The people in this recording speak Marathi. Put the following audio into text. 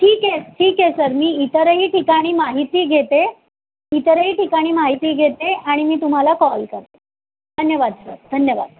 ठीक आहे ठीक आहे सर मी इतरही ठिकाणी माहिती घेते इतरही ठिकाणी माहिती घेते आणि मी तुम्हाला कॉल करते धन्यवाद सर धन्यवाद